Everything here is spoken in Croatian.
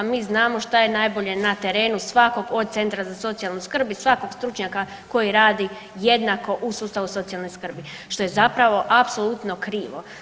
Mi znamo šta je najbolje na terenu svakog od centra za socijalnu skrb i svakog stručnjaka koji radi jednako u sustavu socijalne skrbi, što je zapravo apsolutno krivo.